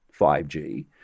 5G